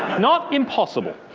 not impossible,